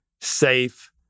safe